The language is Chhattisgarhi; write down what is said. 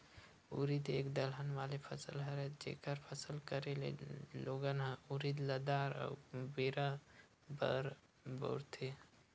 उरिद एक दलहन वाले फसल हरय, जेखर फसल करे ले लोगन ह उरिद ल दार अउ बेरा बर बउरथे